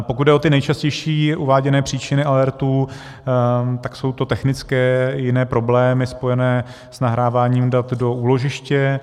Pokud jde o ty nejčastější uváděné příčiny alertů, tak jsou to technické, jiné problémy spojené s nahráváním dat do úložiště.